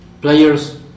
players